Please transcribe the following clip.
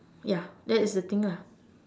ya that is the thing lah